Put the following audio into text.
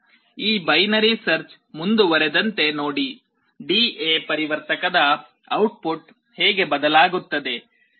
ಈ binary search ಮುಂದುವರೆದಂತೆ ನೋಡಿ ಡಿ ಎ ಪರಿವರ್ತಕದ ಔಟ್ಪುಟ್ ಹೇಗೆ ಬದಲಾಗುತ್ತದೆ